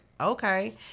okay